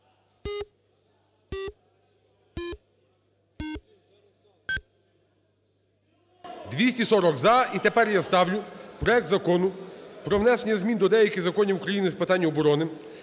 За-240 І тепер я ставлю проект Закону про внесення змін до деяких законів України з питань оборони